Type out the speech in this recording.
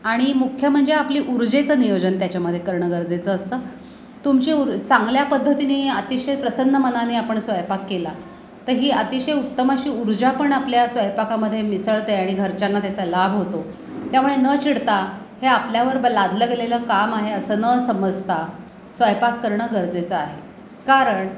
आणि मुख्य म्हणजे आपली ऊर्जेचं नियोजन त्याच्यामध्ये करणं गरजेचं असतं तुमची उर चांगल्या पद्धतीने अतिशय प्रसन्न मनाने आपण स्वयंपाक केला तर ही अतिशय उत्तम अशी ऊर्जा पण आपल्या स्वयंपाकामधे मिसळते आणि घरच्यांना त्याचा लाभ होतो त्यामुळे न चिडता हे आपल्यावर लादलं गेलेलं काम आहे असं न समजता स्वयंपाक करणं गरजेचं आहे कारण